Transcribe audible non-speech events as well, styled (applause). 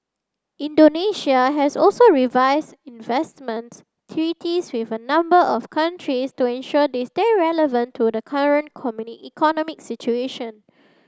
Indonesia has also revised investment treaties with a number of countries to ensure they stay relevant to the current (unintelligible) economic situation